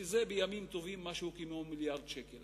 שבימים טובים זה משהו כמו מיליארד שקל.